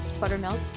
buttermilk